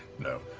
no.